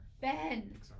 Ben